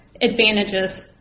advantages